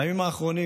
בימים האחרונים,